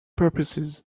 purposes